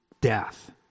death